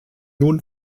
nun